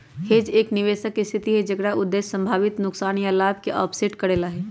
hedge एक निवेश के स्थिति हई जेकर उद्देश्य संभावित नुकसान या लाभ के ऑफसेट करे ला हई